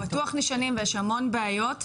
בטוח נשענים ויש המון בעיות,